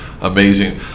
amazing